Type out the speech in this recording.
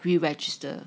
we register